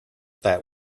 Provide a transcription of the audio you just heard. that